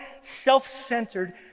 self-centered